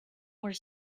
were